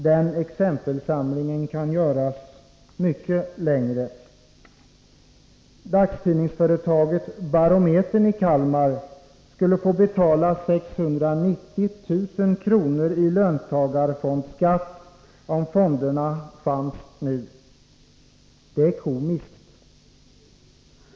Den exempelsamlingen kan göras mycket längre. Dagstidningsföretaget Barometern, i Kalmar, skulle få betala 690 000 kr. i löntagarfondsskatt om fonderna fanns nu. Det är komiskt.